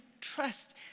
trust